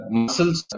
muscles